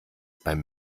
beim